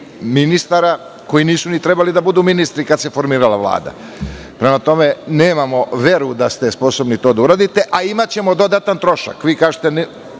ministara koji nisu ni trebali da budu ministri kada se formirala Vlada. Prema tome, nemamo veru da ste sposobni da to uradite, a imaćemo dodatan trošak. Vi kažete